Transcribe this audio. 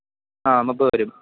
ആ മുപ്പത് വരും